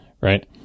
right